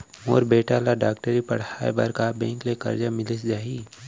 मोर बेटा ल डॉक्टरी पढ़ाये बर का बैंक ले करजा मिलिस जाही?